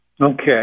Okay